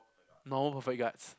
normal perfcet guards